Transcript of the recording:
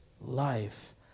life